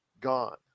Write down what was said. gone